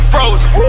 Frozen